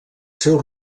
seu